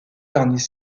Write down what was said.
derniers